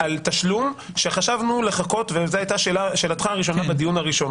על תשלום שחשבנו לחכות וזו היתה שאלתך הראשונה בדיון הראשון.